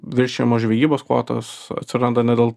viršijamos žvejybos kvotos atsiranda ne dėl